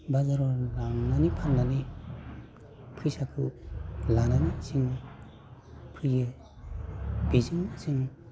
बाजाराव लांनानै फान्नानै फैसाखौ लानानै जों फैयो बेजोंनो जों